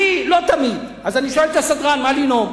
אני לא תמיד, אז אני שואל את הסדרן מה לנאום.